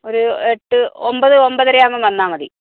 ഒരു എട്ട് ഒമ്പത് ഒമ്പതരയാകുമ്പോൾ വന്നാൽ മതി